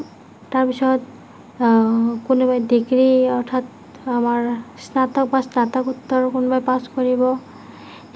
তাৰপিছত কোনোবাই ডিগ্ৰী অৰ্থাৎ আমাৰ স্নাতক বা স্নাতকোত্তৰ কোনোবাই পাছ কৰিব